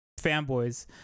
fanboys